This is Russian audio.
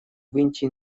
выньте